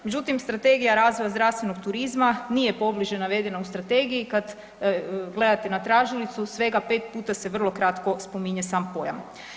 Međutim, Strategija razvoja zdravstvenog turizma nije pobliže navedena u Strategiji, kad gledate na tražilicu, svega 5 puta se vrlo kratko spominje sam pojam.